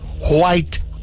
white